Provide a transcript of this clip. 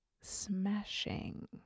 smashing